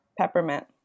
Peppermint